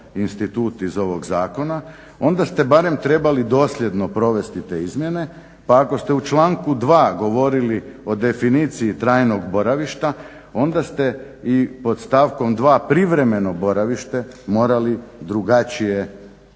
institut iz ovog zakona onda ste barem trebali dosljedno provesti te izmjene, pa ako ste u članku 2. govorili o definiciji trajnog boravišta onda ste i pod stavkom 2. privremeno boravište morali drugačije